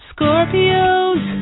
Scorpios